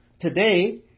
Today